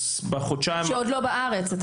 שעוד לא בארץ.